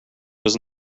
was